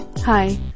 Hi